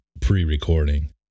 pre-recording